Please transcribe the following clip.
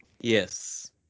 yes